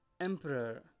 emperor